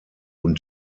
und